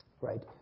right